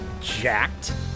jacked